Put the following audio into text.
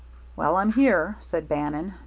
well, i'm here, said bannon,